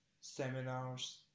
seminars